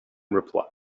reply